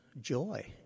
joy